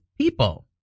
people